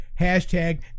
Hashtag